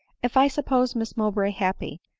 if i supposed miss mowbray happy,